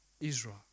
Israel